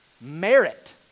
merit